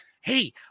Hey